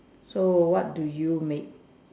so what do you make